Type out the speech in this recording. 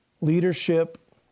Leadership